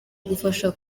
gufasha